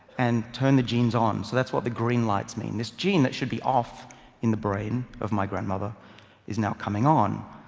and turn the genes on, so that's what the green lights mean. this gene that should be off in the brain of my grandmother is now coming on,